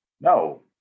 No